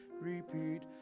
repeat